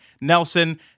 Nelson